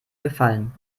gefallen